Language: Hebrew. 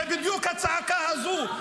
זו בדיוק הצעקה הזאת.